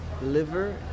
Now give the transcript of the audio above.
liver